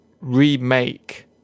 remake